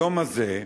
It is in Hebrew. היום הזה,